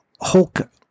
Hulk